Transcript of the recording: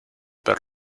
per